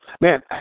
man